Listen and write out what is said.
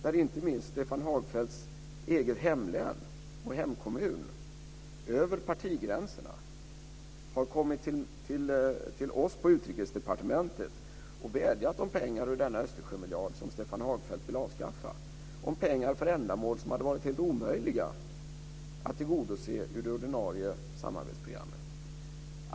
Inte minst har man från Stefan Hagfeldts eget hemlän och hemkommun, över partigränserna, kommit till oss på Utrikesdepartementet och vädjat om pengar ur denna Östersjömiljard som Stefan Hagfeldt vill avskaffa, pengar för ändamål som hade varit helt omöjliga att tillgodose ur det ordinarie samarbetsprogrammet.